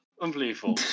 Unbelievable